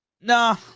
Nah